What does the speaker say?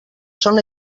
són